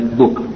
book